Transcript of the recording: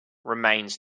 remains